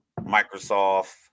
Microsoft